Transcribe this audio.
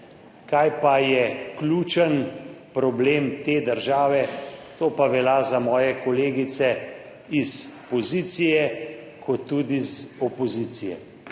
Kaj pa je ključen problem te države? To pa velja za moje kolegice iz pozicije kot tudi iz opozicije.